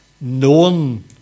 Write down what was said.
known